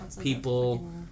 people